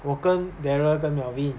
我跟 darren 跟 melvin